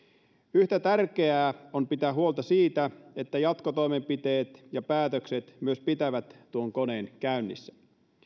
yhtä tärkeää on pitää huolta siitä että jatkotoimenpiteet ja päätökset myös pitävät tuon koneen käynnissä